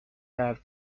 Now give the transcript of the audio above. have